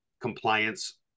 compliance